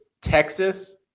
Texas